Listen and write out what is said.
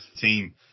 team